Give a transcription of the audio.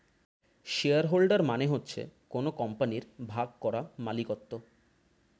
share holder মানে হচ্ছে কোন কোম্পানির ভাগ করা মালিকত্ব